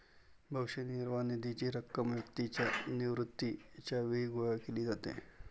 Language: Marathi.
भविष्य निर्वाह निधीची रक्कम व्यक्तीच्या निवृत्तीच्या वेळी गोळा केली जाते